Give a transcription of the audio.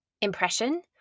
impression